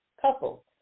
couples